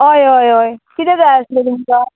हय हय हय कितें जाय आसलें तुमकां